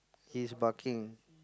his barking